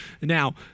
Now